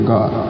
God